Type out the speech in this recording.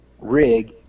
rig